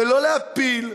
ולא להפיל.